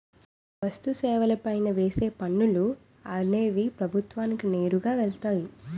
వస్తు సేవల పైన వేసే పనులు అనేవి ప్రభుత్వానికి నేరుగా వెళ్తాయి